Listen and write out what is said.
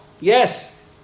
yes